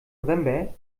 november